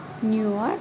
New York